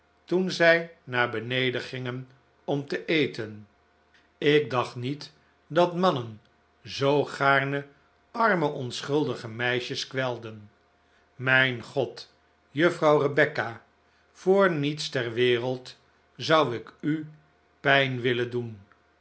toen zij naar beneden gingen om te eten ik dacht niet dat mannen zoo gaarne arme onschuldige meisjes kwelden mijn god juffrouw rebecca voor niets ter wereld zou ik u pijn willen doen